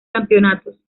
campeonatos